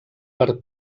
per